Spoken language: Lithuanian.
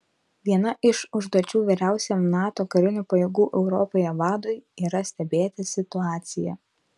viena iš užduočių vyriausiajam nato karinių pajėgų europoje vadui yra stebėti situaciją